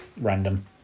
Random